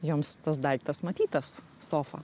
joms tas daiktas matytas sofa